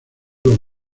los